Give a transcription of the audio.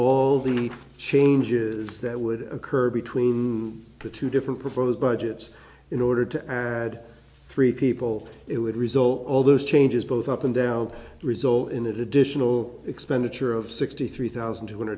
all the changes that would occur between the two different proposed budgets in order to add three people it would result all those changes both up and down result in additional expenditure of sixty three thousand two hundred